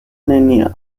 nenia